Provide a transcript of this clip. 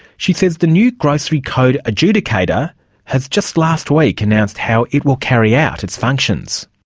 she says the new grocery code adjudicator has just last week announced how it will carry out its functions.